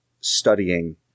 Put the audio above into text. studying